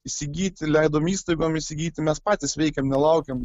įsigyti leidom įstaigom įsigyti mes patys veikėm nelaukėm